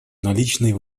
наличный